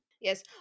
Yes